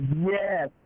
Yes